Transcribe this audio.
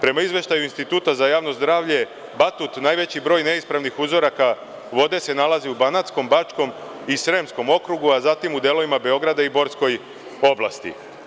Prema izveštaju Instituta za javno zdravlje „Batut“ najveći broj neispravnih uzoraka vode se nalazi u Banatskom, Bačkom i Sremskom okrugu, a zatim u delovima Beograda i u Borskoj oblasti.